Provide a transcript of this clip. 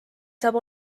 saab